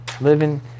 living